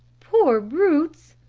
poor brutes,